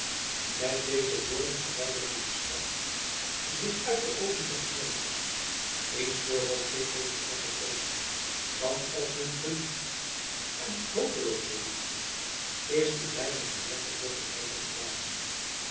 met deze woorden verwijderde de schalk zich uit de oogen zijns meesters wiens voorhoofd zich reeds begon te fronselen want als men verliefd en hopeloos verliefd is is men weinig geneigd om jokkernij te verdragen